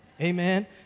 Amen